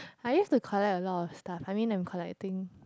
I used to collect a lot of stuff I mean I'm collecting